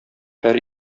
һәр